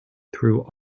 through